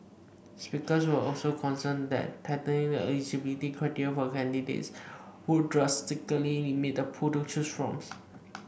speakers were also concerned that tightening the eligibility criteria for candidates would drastically limit the pool to choose from